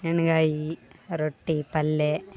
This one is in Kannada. ಎಣ್ಣೆಗಾಯಿ ರೊಟ್ಟಿ ಪಲ್ಯೆ